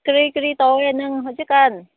ꯀꯔꯤ ꯀꯔꯤ ꯇꯧꯌꯦ ꯅꯪ ꯍꯧꯖꯤꯛ ꯀꯥꯟ